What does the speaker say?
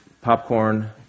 popcorn